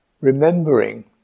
remembering